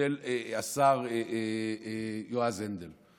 של השר יועז הנדל,